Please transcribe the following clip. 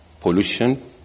pollution